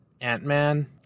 Ant-Man